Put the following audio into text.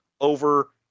over